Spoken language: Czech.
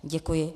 Děkuji.